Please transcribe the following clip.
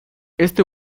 este